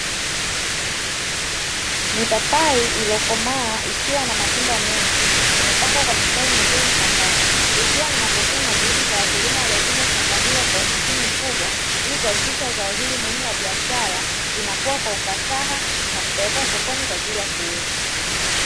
Mipapai iliyokomaa ikiwa na matunda mengi, imepangwa kwa mistari mizuri shambani, ikiwa ni matokeo na juhudi za wakulima waliotunza shamba kwa muda mrefu ili kuhakikisha zao hili muhimu la biashara linakua kwa ufasaha na kupelekwa sokoni kwa ajili ya kuuzwa.